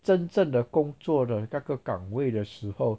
真正的工作的那个岗位的时候